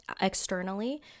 externally